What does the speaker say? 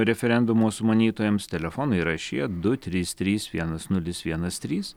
referendumo sumanytojams telefonai yra šie du trys trys vienas nulis vienas trys